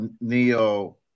neo